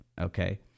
okay